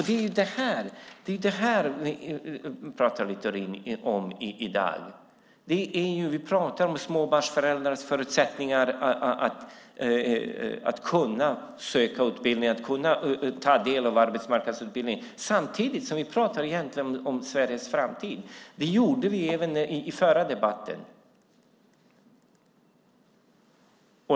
Det är det här vi pratar om i dag, Littorin. Vi pratar om småbarnsföräldrars förutsättningar att söka utbildningar och ta del av arbetsmarknadsutbildningen, samtidigt som vi egentligen pratar om Sveriges framtid. Det gjorde vi även i förra debatten.